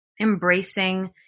Embracing